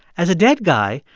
as a dead guy,